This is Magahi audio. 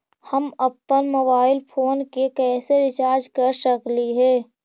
हम अप्पन मोबाईल फोन के कैसे रिचार्ज कर सकली हे?